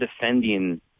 defending